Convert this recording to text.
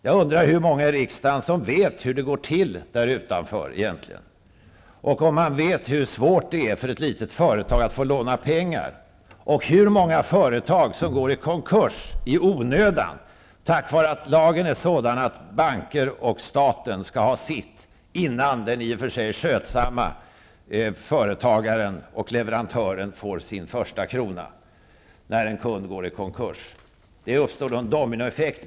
Jag undrar hur många i riksdagen som vet hur det går till där utanför egentligen, om man vet hur svårt det är för ett litet företag att få låna pengar och hur många företag som går i konkurs i onödan, tack vare att lagen är sådan att banker och staten skall ha sitt innan den i och för sig skötsamme företagaren och leverantören får sin första krona, när en kund går i konkurs. Det uppstår en dominoeffekt.